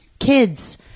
Kids